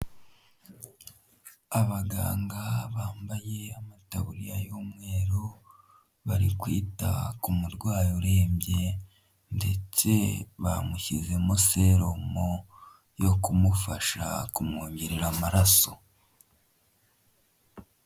Abaganga bambaye amataburiya y'umweru bari kwita ku murwayi urembye ,ndetse bamushyizemo serumu yo kumufasha kumwongerera amaraso.